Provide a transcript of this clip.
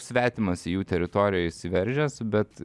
svetimas į jų teritoriją įsiveržęs bet